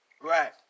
Right